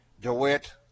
DeWitt